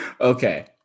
Okay